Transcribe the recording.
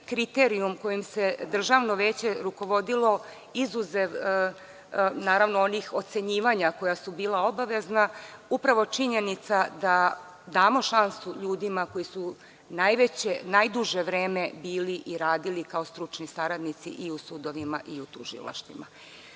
kriterijum kojim se Državno veće tužilaca rukovodilo, izuzev onih ocenjivanja koja su bila obavezna, upravo činjenica da damo šansu ljudima koji su najduže vreme bili i radili kao stručni saradnici u sudovima i u tužilaštvima. Osim